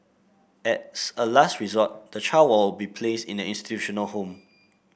as a last resort the child will be placed in an institutional home